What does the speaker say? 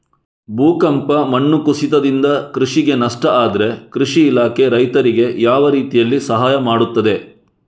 ಭೂಕಂಪ, ಮಣ್ಣು ಕುಸಿತದಿಂದ ಕೃಷಿಗೆ ನಷ್ಟ ಆದ್ರೆ ಕೃಷಿ ಇಲಾಖೆ ರೈತರಿಗೆ ಯಾವ ರೀತಿಯಲ್ಲಿ ಸಹಾಯ ಮಾಡ್ತದೆ?